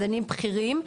מדענים בכירים,